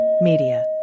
Media